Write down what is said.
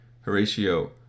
Horatio